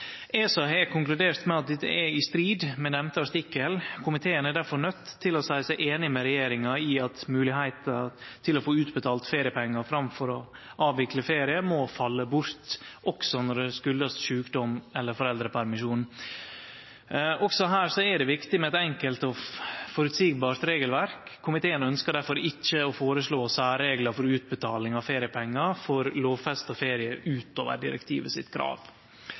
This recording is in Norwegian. ESA har konkludert med at dette er i strid med nemnde artikkel. Komiteen er derfor nøydd til å seie seg einig med regjeringa i at moglegheita til å få utbetalt feriepengar framfor å avvikle ferie må falle bort, også når det skuldast sjukdom eller foreldrepermisjon. Også her er det viktig med eit enkelt og føreseieleg regelverk. Komiteen ønskjer derfor ikkje å foreslå særreglar for utbetaling av feriepengar for lovfesta ferie utover direktivets krav.